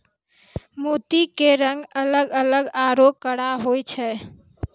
मोती के रंग अलग अलग आरो कड़ा होय छै